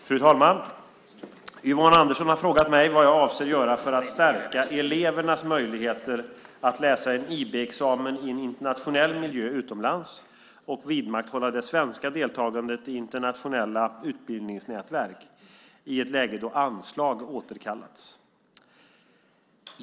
Fru talman! Yvonne Andersson har frågat mig vad jag avser att göra för att stärka elevernas möjligheter att läsa en IB-examen i en internationell miljö utomlands och vidmakthålla det svenska deltagandet i internationella utbildningsnätverk i ett läge då anslag återkallats.